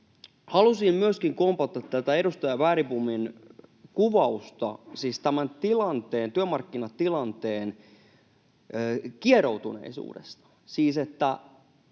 Halusin myöskin kompata tätä edustaja Bergbomin kuvausta tämän työmarkkinatilanteen kieroutuneisuudesta. Siis